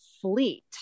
fleet